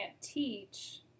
teach